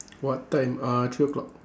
what time uh three o'clock